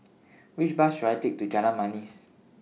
Which Bus should I Take to Jalan Manis